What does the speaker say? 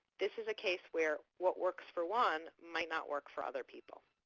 this is a case where what works for one might not work for other people.